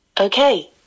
okay